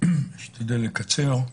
אני אשתדל לקצר.